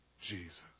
Jesus